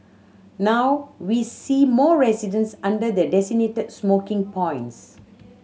now we see more residents under the designated smoking points